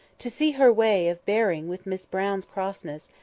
to see her way of bearing with miss brown's crossness,